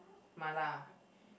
mala